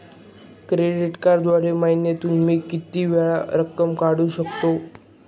Credit कार्डद्वारे महिन्यातून मी किती वेळा रक्कम काढू शकतो?